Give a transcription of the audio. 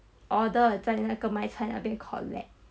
order 了在那个卖菜那边 collect